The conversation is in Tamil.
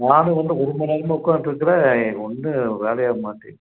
நானும் வந்து ஒரு மண் நேரமாக உட்காந்ட்ருக்குறேன் எனக்கு ஒன்றும் வேலையே ஆக மாட்டேங்குது